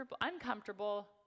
uncomfortable